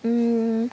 err